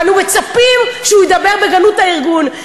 אנו מצפים שהוא ידבר בגנות הארגון.